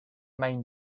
main